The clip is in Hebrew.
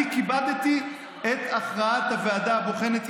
אני כיבדתי את הכרעת הוועדה הבוחנת,